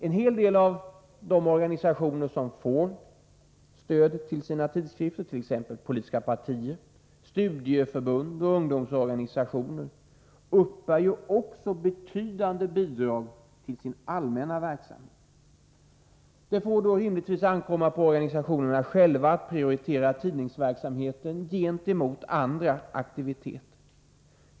En hel del av de organisationer som får stöd till sina tidskrifter, t.ex. politiska partier, studieförbund och ungdomsorganisationer, uppbär också betydande bidrag till sin allmänna verksamhet. Det får då rimligen ankomma på organisationerna själva att prioritera tidningsverksamhet gentemot andra aktiviteter.